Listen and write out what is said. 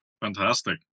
Fantastic